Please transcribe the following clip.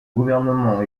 gouvernement